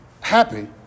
happy